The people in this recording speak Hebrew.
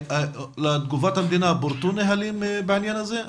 לתגובת המדינה פורטו נהלים בעניין הזה?